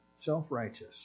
self-righteous